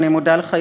ואני מודה לך,